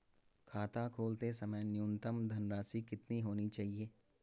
खाता खोलते समय न्यूनतम धनराशि कितनी होनी चाहिए?